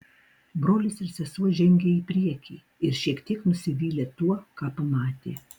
brolis ir sesuo žengė į priekį ir šiek tiek nusivylė tuo ką pamatė